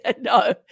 No